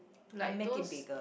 like those